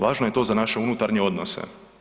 Važno je to za naše unutarnje odnose.